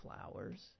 flowers